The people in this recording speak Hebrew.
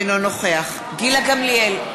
אינו נוכח גילה גמליאל,